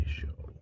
show